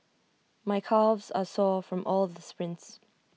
my calves are sore from all the sprints